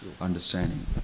understanding